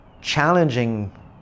challenging